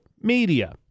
media